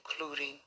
including